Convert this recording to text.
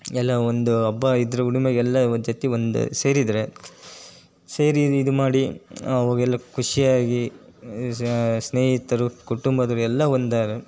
ಎಲ್ಲ ಒಂದು ಹಬ್ಬ ಇದ್ರ ಹುಣ್ಣಿಮೆಗೆಲ್ಲ ಒಂದು ಸರ್ತಿ ಒಂದು ಸೇರಿದರೆ ಸೇರಿ ಇದು ಮಾಡಿ ಅವಾಗೆಲ್ಲ ಖುಷಿ ಆಗಿ ಸ್ನೇಹಿತರು ಕುಟುಂಬದವ್ರು ಎಲ್ಲ ಒಂದು